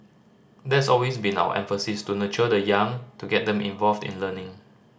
that's always been our emphasis to nurture the young to get them involved in learning